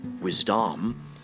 wisdom